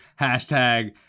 Hashtag